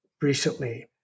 recently